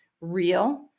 real